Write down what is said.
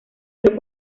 dio